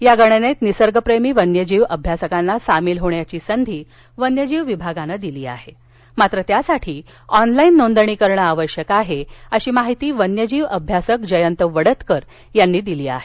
या गणनेत निसर्गप्रेमी वन्यजीव अभ्यासकांना सामील होण्याची संधी वन्यजीव विभागानं दिली आहे मात्र यासाठी ऑनलाईन नोंदणी आवश्यक आहे अशी माहिती वन्यजीव अभ्यासक जयंत वडतकर यांनी दिली आहे